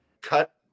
cut